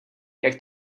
jak